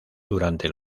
durante